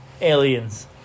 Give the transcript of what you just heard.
Aliens